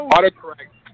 Autocorrect